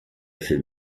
film